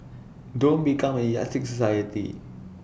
don't become A yardstick society